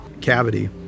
cavity